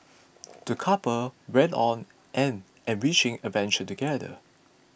the couple went on an enriching adventure together